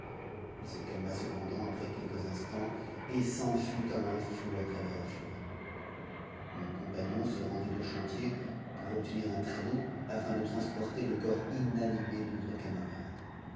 il se calma cependant après quelques instants et s'enfuit comme un fou à travers la forêt mon compagnon se rendit au chantier pour obtenir un traîneau afin de transporter le corps inanimé de notre camarade